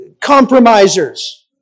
compromisers